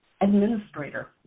administrator